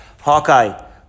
Hawkeye